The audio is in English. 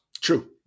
True